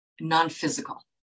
non-physical